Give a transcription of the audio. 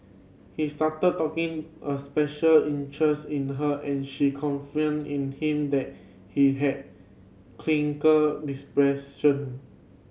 he started talking a special interest in her and she in him that he had clinical depression